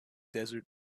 desert